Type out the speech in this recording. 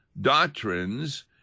doctrines